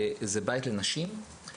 זה בית לנשים,